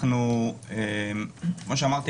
כמו שאמרתי,